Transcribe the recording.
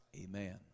amen